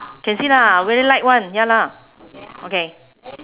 can see lah very light one ya lah okay